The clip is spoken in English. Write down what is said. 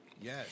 yes